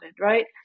right